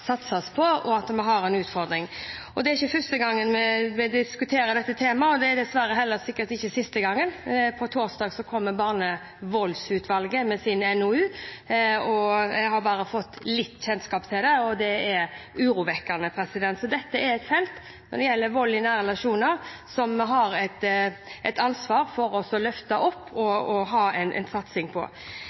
satses på, og at vi har en utfordring. Det er ikke første gang vi diskuterer dette temaet, og det er nok dessverre heller ikke siste gangen. På torsdag kommer Barnevoldsutvalget med sin NOU. Jeg har bare fått litt kjennskap til det, og det er urovekkende. Når det gjelder vold i nære relasjoner, er dette et felt som vi har et ansvar for å løfte opp og ha en satsing på.